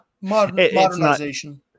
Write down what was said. Modernization